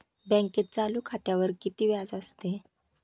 बँकेत चालू खात्यावर किती व्याज असते?